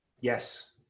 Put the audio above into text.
Yes